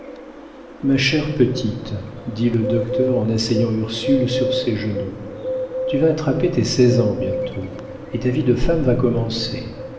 ma chère petite dit le docteur en asseyant ursule sur ses genoux tu vas attraper tes seize ans bientôt et ta vie de femme va commencer